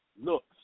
looks